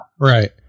Right